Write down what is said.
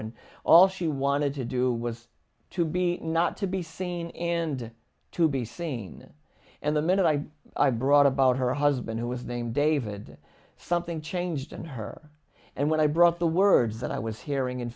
and all she wanted to do was to be not to be seen and to be seen and the minute i i brought about her husband who was named david something changed in her and when i brought the words that i was hearing and